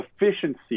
efficiency